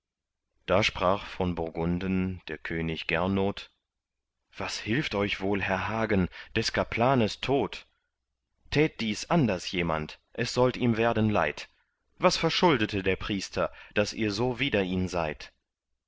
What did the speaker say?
da sprach von burgunden der könig gernot was hilft euch wohl herr hagen de kaplanes tod tät dies anders jemand es sollt ihm werden leid was verschuldete der priester daß ihr so wider ihn seid